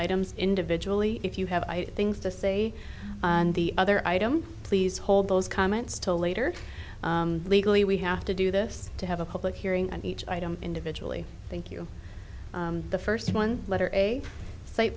items individually if you have things to say and the other item please hold those comments to later legally we have to do this to have a public hearing on each item individually thank you the first one letter a